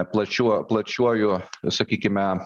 plačiuo plačiuoju sakykime